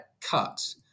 cut